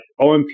OMP